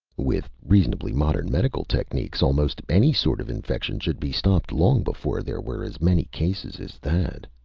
with reasonably modern medical techniques, almost any sort of infection should be stopped long before there were as many cases as that!